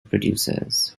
producers